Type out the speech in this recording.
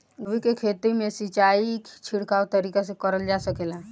गोभी के खेती में सिचाई छिड़काव तरीका से क़रल जा सकेला?